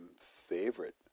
favorite